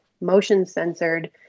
motion-censored